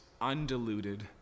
undiluted